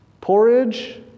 porridge